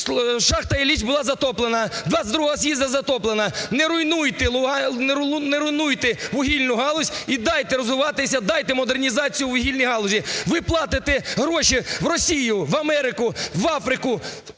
шахта "Ілліч" була затоплена, "ХХІІ з'їзду" – затоплена! Не руйнуйте вугільну галузь і дайте розвиватися, дайте модернізацію вугільній галузі. Ви платите гроші в Росію, в Америку, в Африку.